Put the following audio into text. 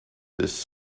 this